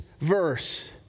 verse